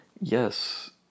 Yes